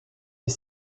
est